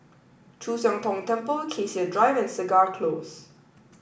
Chu Siang Tong Temple Cassia Drive and Segar Close